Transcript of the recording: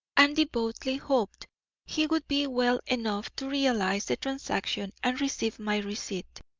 and devoutly hoped he would be well enough to realise the transaction and receive my receipt.